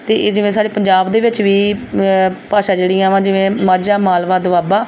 ਅਤੇ ਇਹ ਜਿਵੇਂ ਸਾਡੇ ਪੰਜਾਬ ਦੇ ਵਿੱਚ ਵੀ ਭਾਸ਼ਾ ਜਿਹੜੀਆਂ ਵਾ ਜਿਵੇਂ ਮਾਝਾ ਮਾਲਵਾ ਦੋਆਬਾ